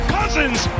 Cousins